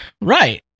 right